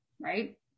right